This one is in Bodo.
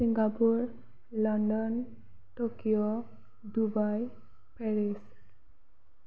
Singapore London Tokyo Dubai Paris